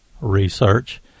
research